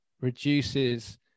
reduces